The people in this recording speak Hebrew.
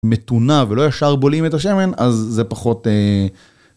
מתונה ולא ישר בולעים את השמן, אז זה פחות...